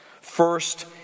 First